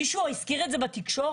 מישהו הזכיר את זה בתקשורת?